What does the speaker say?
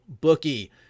bookie